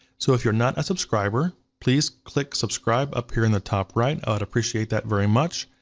so if you're not a subscriber, please click subscribe up here in the top right, i would appreciate that very much.